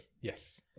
Yes